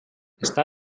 està